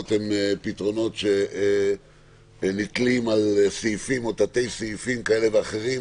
הם פתרונות שנתלים על סעיפים או תתי סעיפים כאלה ואחרים